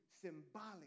symbolic